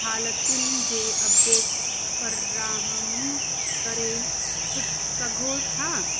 हालतियुनि जे अपडेट फ़र्हाम करे सु सघो था